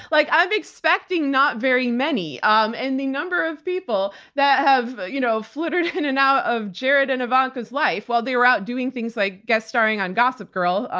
like i'm expecting not very many. um and the number of people that have you know flittered in and out of jared and ivanka's life while they were out doing things like guest starring on gossip girl,